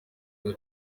nka